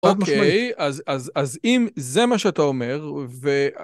אוקיי, אז אם זה מה שאתה אומר,